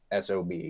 SOB